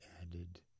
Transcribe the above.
added